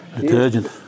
Detergent